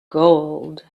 gold